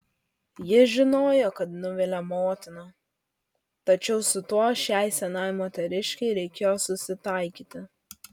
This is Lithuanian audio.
ji žinojo kad nuvilia motiną tačiau su tuo šiai senai moteriškei reikėjo susitaikyti